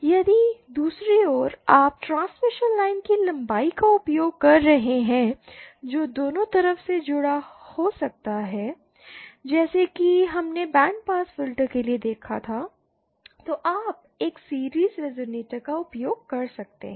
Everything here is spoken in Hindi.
यदि दूसरी ओर आप ट्रांसमिशन लाइन की लंबाई का उपयोग कर रहे हैं जो दोनों तरफ से जुड़ा हो सकता है जैसा कि हमने बैंड पास फिल्टर के लिए देखा था तो आप एक सीरिज़ रेज़ोनेटर का उपयोग कर सकते हैं